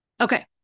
Okay